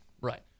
Right